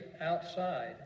outside